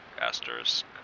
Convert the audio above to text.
asterisk